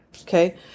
Okay